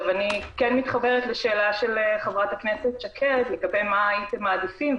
אני כן מתחברת לשאלת חברת הכנסת שקד לגבי מה הייתם מעדיפים,